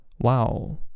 Wow